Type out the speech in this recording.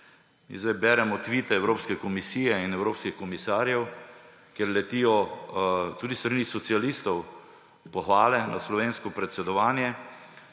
zdaj beremo tvite Evropske komisije in evropskih komisarjev, kjer letijo tudi s strani socialistov pohvale na slovensko predsedovanje.